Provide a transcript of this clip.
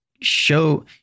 show